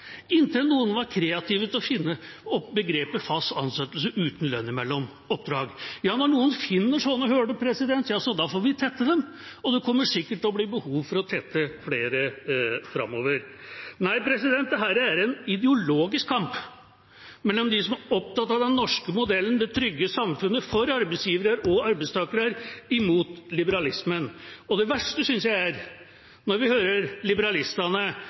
var kreative nok til å finne opp begrepet «fast ansettelse uten lønn mellom oppdrag». Når noen finner slike hull, får vi tette dem. Og det kommer sikkert til å bli behov for å tette flere framover. Nei, dette er en ideologisk kamp mellom dem som er opptatt av den norske modellen, det trygge samfunnet for arbeidsgivere og arbeidstakere mot liberalismen. Og det verste synes jeg er når vi hører liberalistene